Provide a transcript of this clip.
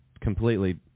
completely